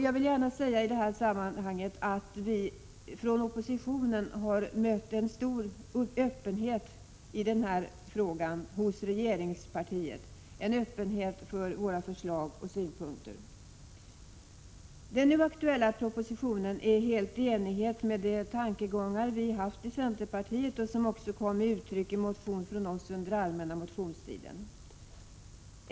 Jag vill gärna säga att vi från oppositionen i den här frågan har mött en stor öppenhet hos regeringspartiet för förslag och synpunkter. Den nu aktuella propositionen är helt i enlighet med de tankegångar vi haft i centerpartiet, som också kom till uttryck i en motion från oss under allmänna motionstiden.